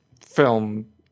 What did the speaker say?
film